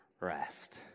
rest